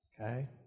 Okay